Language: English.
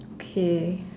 okay